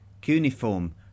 Cuneiform